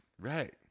Right